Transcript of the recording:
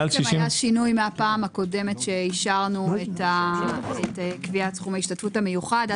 פה היה שינוי מהפעם הקודמת שאישרנו את קביעת סכום ההשתתפות המיוחד.